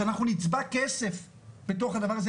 שאנחנו נצבע כסף בתוך הדבר הזה,